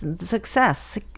success